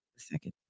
Second